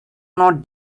not